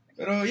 Pero